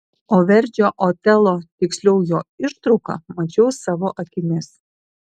o verdžio otelo tiksliau jo ištrauką mačiau savo akimis